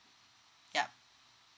yup